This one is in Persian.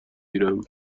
گیرم